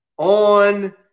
On